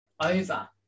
over